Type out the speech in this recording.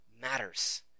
matters